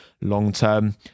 long-term